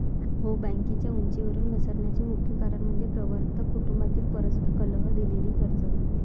हो, बँकेच्या उंचीवरून घसरण्याचे मुख्य कारण म्हणजे प्रवर्तक कुटुंबातील परस्पर कलह, दिलेली कर्जे